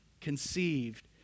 conceived